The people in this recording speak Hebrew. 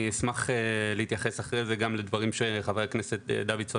אני אשמח להתייחס אחרי זה גם לדברים שחבר הכנסת דוידסון